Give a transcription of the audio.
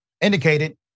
indicated